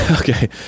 okay